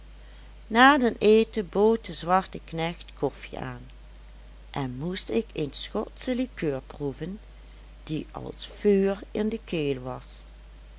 na den eten bood de zwarte knecht koffie aan en moest ik een schotsche likeur proeven die als vuur in de keel was